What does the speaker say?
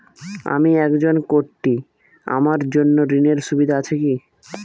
আমি একজন কট্টি আমার জন্য ঋণের সুবিধা আছে কি?